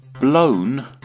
blown